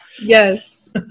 Yes